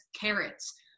carrots